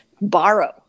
borrow